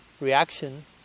reaction